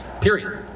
Period